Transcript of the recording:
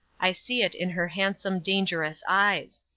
i see it in her handsome, dangerous eyes.